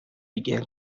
began